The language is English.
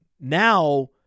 now